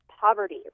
poverty